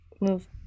move